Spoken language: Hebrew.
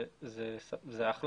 זה טוב.